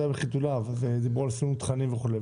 היה בחיתוליו אז דיברו על סינון תכנים וכולי.